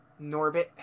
Norbit